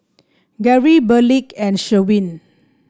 Gary Berkley and Sherwin